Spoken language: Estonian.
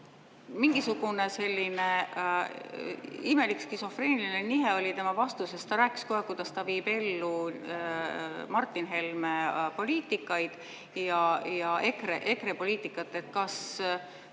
mingisugune selline imelik skisofreeniline nihe oli tema vastuses. Ta rääkis, kuidas ta viib ellu Martin Helme poliitikaid ja EKRE poliitikat. Kas